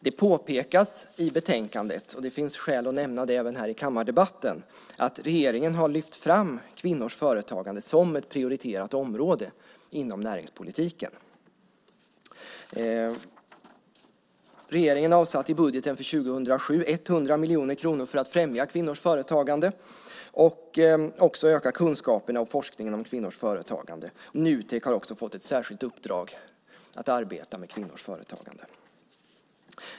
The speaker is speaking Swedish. Det påpekas i betänkandet, och det finns skäl att nämna det även här i kammardebatten, att regeringen har lyft fram kvinnors företagande som ett prioriterat område inom näringspolitiken. I budgeten för 2007 avsatte regeringen 100 miljoner kronor för att främja kvinnors företagande samt öka kunskapen och forskningen om kvinnors företagande. Dessutom har Nutek fått ett särskilt uppdrag att arbeta med kvinnors företagande.